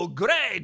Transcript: great